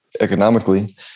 economically